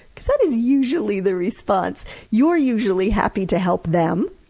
because that is usually the response. you're usually happy to help them,